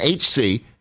HC